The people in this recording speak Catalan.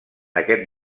aquest